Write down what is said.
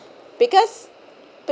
because